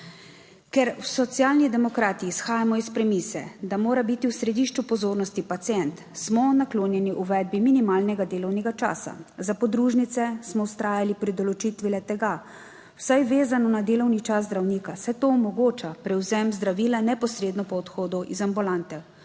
Ker Socialni demokrati izhajamo iz premise, da mora biti v središču pozornosti pacient, smo naklonjeni uvedbi minimalnega delovnega časa. Za podružnice smo vztrajali pri določitvi le tega, vsaj vezano na delovni čas zdravnika, saj to omogoča prevzem zdravila neposredno po odhodu iz ambulante.